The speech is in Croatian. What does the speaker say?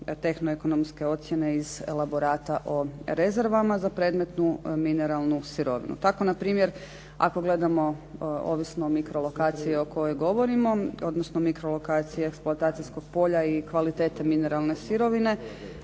tehno-ekonomske ocjene iz elaborata o rezervama za predmetnu mineralnu sirovinu. Tako na primjer, ako gledamo ovisno o mikro lokaciji o kojoj govori, odnosno o mikrolokaciji eksploatacijskog polja i kvalitete mineralne sirovine